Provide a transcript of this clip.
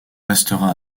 restera